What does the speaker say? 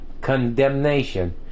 condemnation